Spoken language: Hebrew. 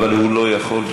אבל הוא לא יכול,